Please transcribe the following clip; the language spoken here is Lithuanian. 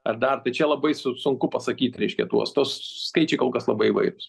ar dar tai čia labai su sunku pasakyt reiškia tuo tuos skaičiai kol kas labai įvairūs